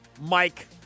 Mike